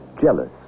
jealous